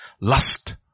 Lust